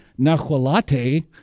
Nahualate